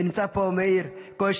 ונמצא פה מאיר כהן,